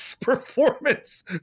performance